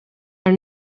are